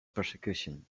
persecution